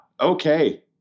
Okay